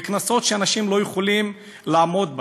קנסות שאנשים לא יכולים לעמוד בהם,